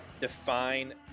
define